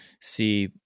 see